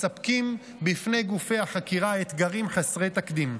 מספקים בפני גופי החקירה אתגרים חסרי תקדים.